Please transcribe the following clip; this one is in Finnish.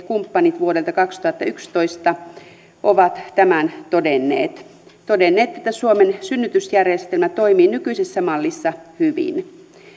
kumppanit vuodelta kaksituhattayksitoista ovat tämän todenneet todenneet että suomen synnytysjärjestelmä toimii nykyisessä mallissa hyvin